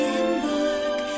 embark